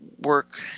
work